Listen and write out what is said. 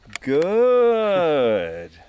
Good